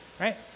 right